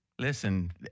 Listen